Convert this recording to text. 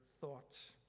thoughts